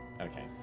Okay